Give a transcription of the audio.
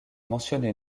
mentionné